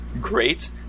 great